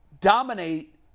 dominate